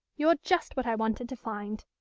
you're just what i wanted to find.